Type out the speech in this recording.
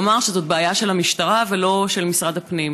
הוא אמר שזאת הבעיה של המשטרה ולא של משרד הפנים.